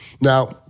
Now